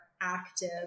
active